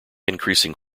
increasing